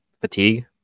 fatigue